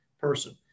person